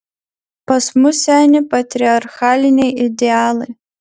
pas mus seni patriarchaliniai idealai